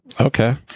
Okay